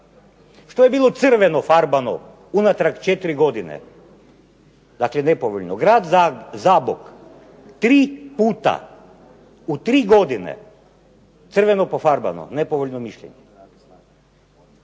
Što je bilo crveno farbano unatrag četiri godine, dakle nepovoljno? Grad Zabok tri puta u tri godine crveno pofarbano, nepovoljno mišljenje.